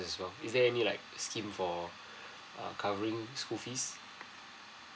so is there any like scheme for uh covering school fees